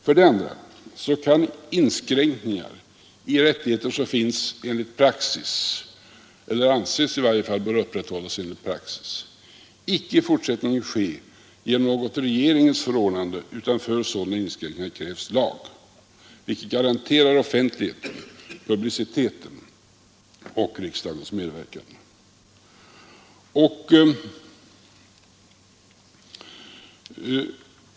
För det andra kan inskränkningar i rättigheter som finns enligt praxis eller i varje fall anses böra upprätthållas genom praxis inte i fortsättningen ske genom något regeringens förordnande, utan för sådana inskränkningar krävs lag, vilket garanterar offentligheten, publiciteten och riksdagens medverkan.